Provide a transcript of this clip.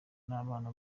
n’abana